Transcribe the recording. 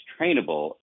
trainable